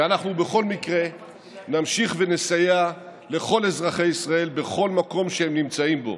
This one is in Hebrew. ואנחנו בכל מקרה נמשיך ונסייע לכל אזרחי ישראל בכל מקום שהם נמצאים בו.